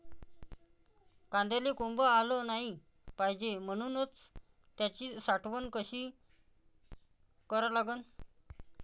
कांद्याले कोंब आलं नाई पायजे म्हनून त्याची साठवन कशी करा लागन?